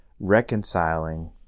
reconciling